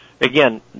again